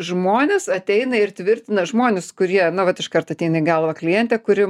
žmonės ateina ir tvirtina žmonės kurie na vat iškart ateina į galvą klientę kuri